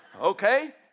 Okay